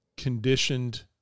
conditioned